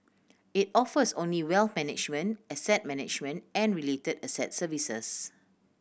it offers only wealth management asset management and related asset services